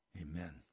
Amen